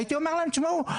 הייתי אומר להם תשמעו,